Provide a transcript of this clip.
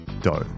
dough